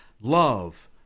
Love